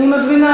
מס' 1388,